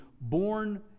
born